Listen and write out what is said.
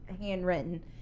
handwritten